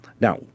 Now